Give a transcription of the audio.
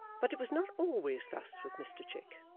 but it was not always thus with mr chick.